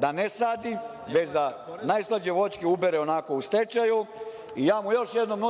da ne sadi, već da najslađe voćke ubere onako u stečaju i ja mu još jednom